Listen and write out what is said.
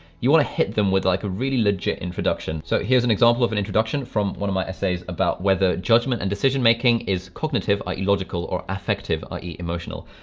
you want to hit them with like a really legit introduction. so here's an example of an introduction from one of my essays about, weather judgment and decision making is cognitive, ideological, or affective ie. emotional.